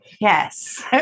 Yes